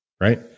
right